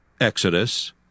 Exodus